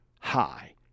high